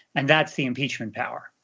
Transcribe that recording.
and that's the impeachment power.